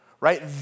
right